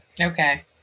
Okay